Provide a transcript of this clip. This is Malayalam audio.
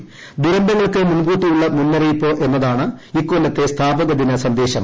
ദുരന്തങ്ങൾക്ക് മുൻകൂട്ടിയുള്ള മുന്നറിയിപ്പ് എന്നതാണ് ഇക്കൊല്ലത്തെ സ്ഥാപക ദിന സന്ദേശം